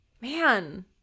Man